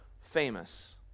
famous